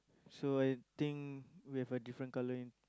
so I think we have a different colour in